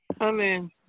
Amen